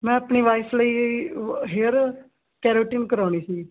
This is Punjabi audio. ਮੈਂ ਆਪਣੀ ਵਾਈਫ ਲਈ ਹੇਅਰ ਕੈਰੋਟੀਨ ਕਰੋਣੀ ਸੀ